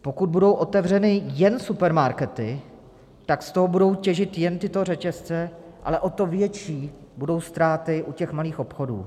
Pokud budou otevřeny jen supermarkety, tak z toho budou těžit jen tyto řetězce, ale o to větší budou ztráty u malých obchodů.